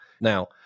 Now